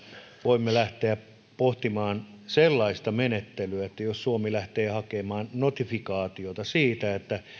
voimme lähteä pohtimaan sellaista menettelyä että suomi lähtee hakemaan notifikaatiota siitä että